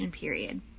period